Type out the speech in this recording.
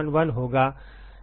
F12 क्या है